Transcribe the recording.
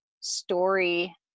story